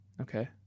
Okay